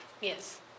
Yes